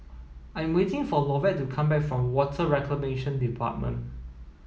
I am waiting for Lovett to come back from Water Reclamation Department